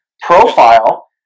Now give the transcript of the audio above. profile